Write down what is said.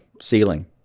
ceiling